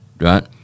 right